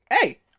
hey